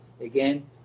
again